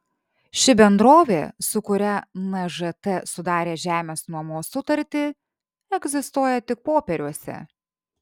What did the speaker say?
ši bendrovė su kuria nžt sudarė žemės nuomos sutartį egzistuoja tik popieriuose